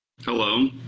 Hello